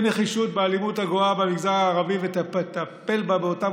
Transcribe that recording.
בנחישות באלימות הגואה במגזר הערבי ותטפל בה באותם